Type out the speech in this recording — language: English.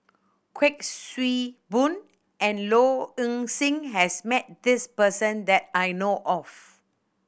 Kuik Swee Boon and Low Ing Sing has met this person that I know of